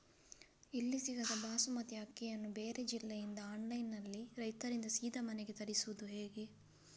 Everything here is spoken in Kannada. ಇಲ್ಲಿ ಸಿಗದ ಬಾಸುಮತಿ ಅಕ್ಕಿಯನ್ನು ಬೇರೆ ಜಿಲ್ಲೆ ಇಂದ ಆನ್ಲೈನ್ನಲ್ಲಿ ರೈತರಿಂದ ಸೀದಾ ಮನೆಗೆ ತರಿಸುವುದು ಹೇಗೆ?